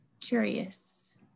curious